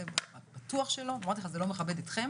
אני אומרת לך, זה לא מכבד אתכם